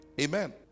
Amen